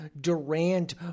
Durant